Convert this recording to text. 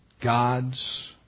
God's